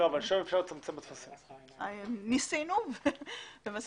אני שואל אם אפשר לצמצם.